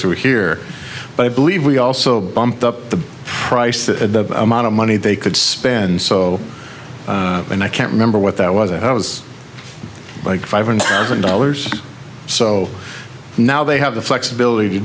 through here but i believe we also bumped up the price the amount of money they could spend so and i can't remember what that was i was like five hundred thousand dollars so now they have the flexibility to